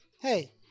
hey